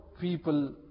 people